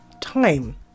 time